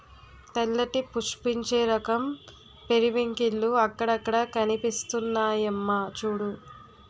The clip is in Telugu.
తెల్లటి పుష్పించే రకం పెరివింకిల్లు అక్కడక్కడా కనిపిస్తున్నాయమ్మా చూడూ